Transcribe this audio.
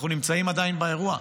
אנחנו עדיין נמצאים באירוע,